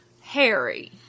Harry